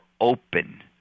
open